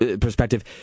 perspective